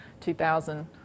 2000